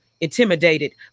intimidated